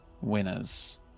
winners